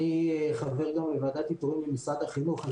אני חבר בוועדת איתורים במשרד החינוך.